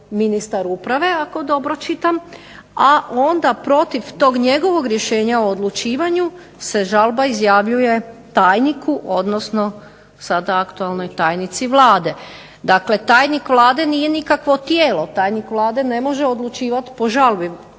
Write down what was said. ministar uprave ako dobro čitam. A onda protiv tog njegovog rješenja o odlučivanju se žalba izjavljuje tajniku odnosno sada aktualnoj tajnici Vlade. Dakle, tajnik Vlade nije nikakvo tijelo, tajnik vlade ne može odlučivati po žalbi.